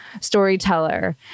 storyteller